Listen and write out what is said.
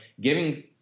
giving